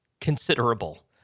considerable